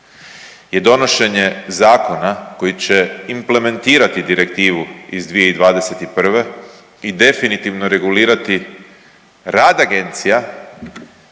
je donošenje zakona koji će implementirati direktivu iz 2021. i definitivno regulirati rad agencija